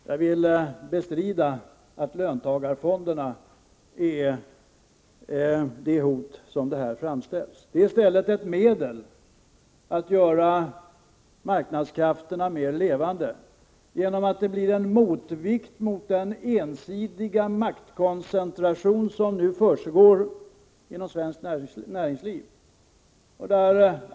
Jag vill bestrida att löntagarfonderna är det hot som man här gör gällande att de är. De är i stället ett medel att göra marknadskrafterna mer levande genom att det blir en motvikt mot den ensidiga maktkoncentration som nu pågår inom svenskt näringsliv.